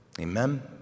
Amen